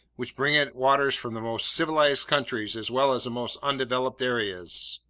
which bring it waters from the most civilized countries as well as the most undeveloped areas!